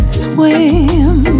swim